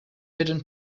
hidden